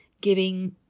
giving